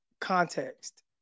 context